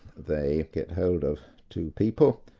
they get hold of two people,